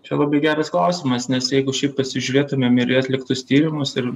čia labai geras klausimas nes jeigu šiaip pasižiūrėtumėm ir į atliktus tyrimus ir